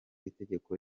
itegeko